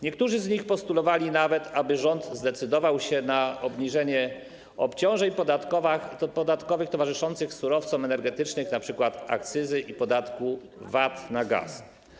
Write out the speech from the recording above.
Niektórzy z nich postulowali nawet, aby rząd zdecydował się na obniżenie obciążeń podatkowych towarzyszących surowcom energetycznym, np. akcyzy i podatku VAT na gaz.